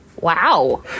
Wow